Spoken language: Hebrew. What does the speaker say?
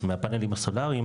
מהפאנלים הסולריים,